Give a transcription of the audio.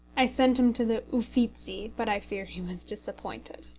i sent him to the uffizzi, but i fear he was disappointed.